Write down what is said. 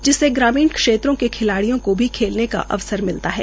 इस जिससे ग्रामीण क्षेत्रों के खिलाड़ियों को भी खेलने के अवसर मिलते है